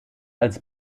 als